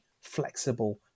flexible